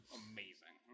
amazing